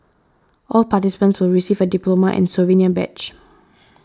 all participants will receive a diploma and souvenir badge